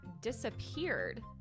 disappeared